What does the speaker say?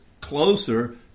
closer